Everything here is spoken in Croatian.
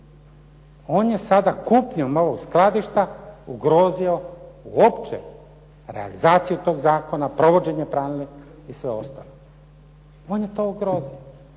On je sada kupnjom ovog skladišta ugrozio uopće realizaciju tog zakona, provođenje pravilnika i sve ostalo. On je to ugrozio.